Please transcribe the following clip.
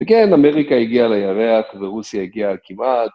וכן, אמריקה הגיעה לירח, ורוסיה הגיעה כמעט.